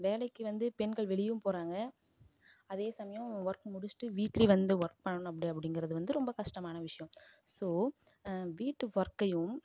வேலைக்கு வந்து பெண்கள் வெளியேயும் போகிறாங்க அதே சமயம் ஒர்க் முடிச்சிட்டு வீட்லேயும் வந்து ஒர்க் பண்ணணும் அப்படி அப்படிங்கிறது வந்து ரொம்ப கஷ்டமான விஷயோம் ஸோ வீட்டு ஒர்க்கையும்